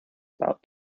about